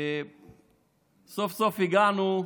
סוף-סוף הגענו,